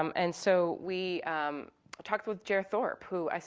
um and so we talked with jer thorp who,